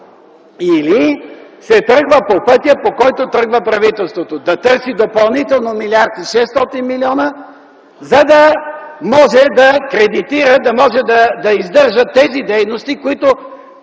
или се тръгва по пътя, по който тръгва правителството – да търси допълнително 1 млрд. 600 млн., за да може да кредитира, да може да издържа тези дейности, които